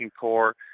core